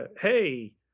hey